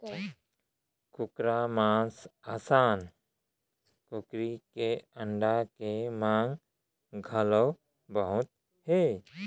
कुकरा मांस असन कुकरी के अंडा के मांग घलौ बहुत हे